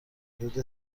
حدود